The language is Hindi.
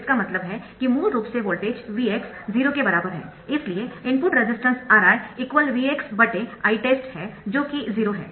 इसका मतलब है कि मूल रूप से वोल्टेज Vx 0 है इसलिए इनपुट रेजिस्टेंस Ri VxIest है जो कि 0 है